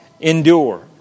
endure